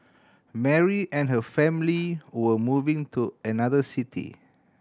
Mary and her family were moving to another city